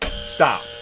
Stop